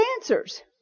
answers